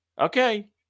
Okay